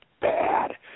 bad